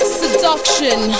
seduction